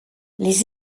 les